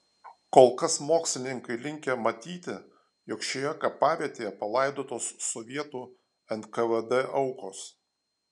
kol kas mokslininkai linkę matyti jog šioje kapavietėje palaidotos sovietų nkvd aukos